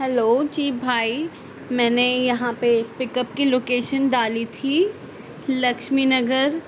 hello جی بھائی میں نے یہاں پہ پک اپ کی لوکیشن ڈالی تھی لکشمی نگر